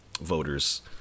voters